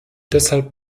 deshalb